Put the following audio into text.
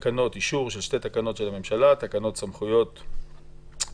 באישור שתי תקנות של הממשלה: תקנות סמכויות מיוחדות